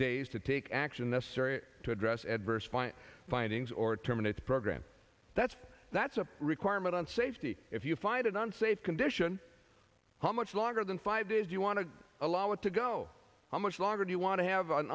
days to take action necessary to address adverse fire findings or terminate the program that's that's a requirement on safety if you find an unsafe condition how much longer than five days you want to allow it to go how much longer do you want to have an